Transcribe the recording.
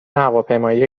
هواپیمایی